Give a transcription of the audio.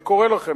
אני קורא לכם.